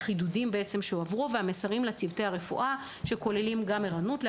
הועברו מסרים לצוותי הרפואה שקוראים קריאה לערנות,